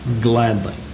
gladly